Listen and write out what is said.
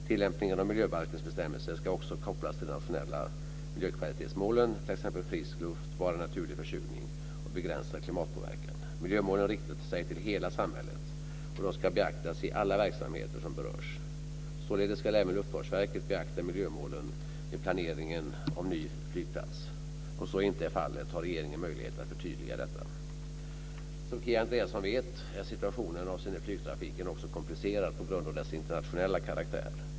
Tillämpningen av miljöbalkens bestämmelser ska också kopplas till de nationella miljökvalitetsmålen, t.ex. frisk luft, bara naturlig försurning och begränsad klimatpåverkan. Miljömålen riktar sig till hela samhället och de ska beaktas i alla verksamheter som berörs. Således ska även Luftfartsverket beakta miljömålen vid planeringen av en ny flygplats. Om så inte är fallet har regeringen möjlighet att förtydliga detta. Som Kia Andreasson vet, är situationen avseende flygtrafiken också komplicerad på grund av dess internationella karaktär.